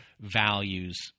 values